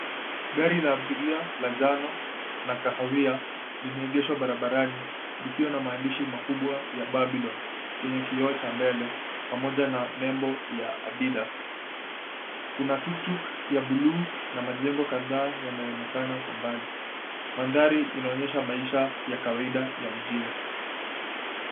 Gari la abiria la njano na kahawia limeegeshwa barabarani likiwa na maandishi makubwa ya, Babylon kwenye kioo cha mbele pamoja na nembo ya, Adidas. Kuna tuktuk ya buluu na majengo kadhaa yanayonekana kwa mbali. Mandhari inaonesha maisha ya kwaida mjini.